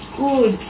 good